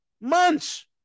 months